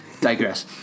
digress